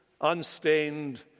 unstained